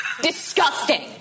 disgusting